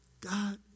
God